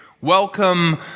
welcome